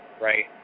right